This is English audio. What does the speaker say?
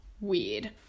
weird